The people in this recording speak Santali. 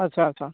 ᱟᱪᱪᱷᱟᱼᱟᱪᱪᱷᱟ